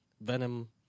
Venom